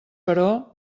però